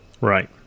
Right